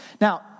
Now